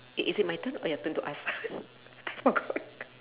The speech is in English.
is it my turn or your turn to ask forgot